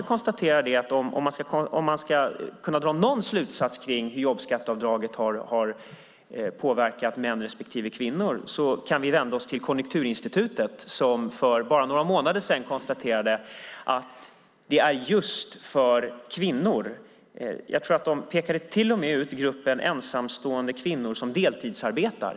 Om man ska kunna dra någon slutsats kring hur jobbskatteavdraget har påverkat män respektive kvinnor kan vi vända oss till Konjunkturinstitutet. Jag tror att de för bara några månader sedan pekade ut gruppen ensamstående kvinnor som deltidsarbetar.